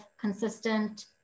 consistent